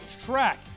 track